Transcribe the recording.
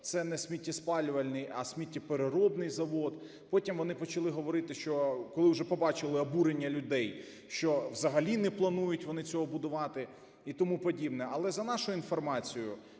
це не сміттєспалювальний, а сміттєпереробний завод. Потім вони почали говорити, що, коли вже побачили обурення людей, що взагалі не планують вони цього будувати і тому подібне. Але, за нашою інформацією,